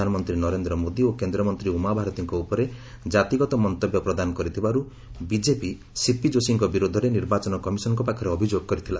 ପ୍ରଧାନମନ୍ତ୍ରୀ ନରେନ୍ଦ୍ର ମୋଦି ଓ କେନ୍ଦ୍ରମନ୍ତ୍ରୀ ଉମା ଭାରତୀଙ୍କ ଉପରେ ଜାତିଗତ ମନ୍ତବ୍ୟ ପ୍ରଦାନ କରିଥିବାରୁ ବିକେପି ସିପି ଯୋଶୀଙ୍କ ବିରୋଧରେ ନିର୍ବାଚନ କମିଶନ୍ଙ୍କ ପାଖରେ ଅଭିଯୋଗ କରିଥିଲା